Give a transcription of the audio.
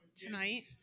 tonight